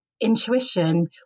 intuition